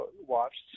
watched